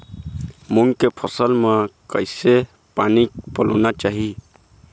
मूंग के फसल म किसे पानी पलोना चाही?